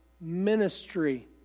ministry